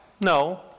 no